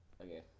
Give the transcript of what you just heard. Okay